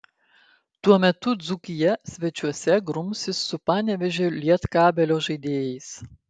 tuo metu dzūkija svečiuose grumsis su panevėžio lietkabelio žaidėjais